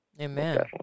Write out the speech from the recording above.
Amen